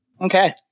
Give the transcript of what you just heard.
Okay